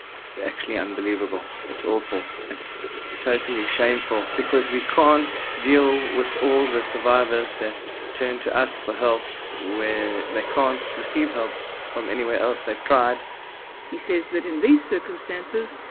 it's actually unbelievable. it's awful. it's totally shameful. because we can't deal with all the survivors that turn to us for help where they can't receive help from anywhere else. they've tried he says that in these circumstances,